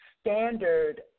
standard